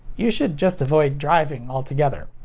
you should just avoid driving altogether.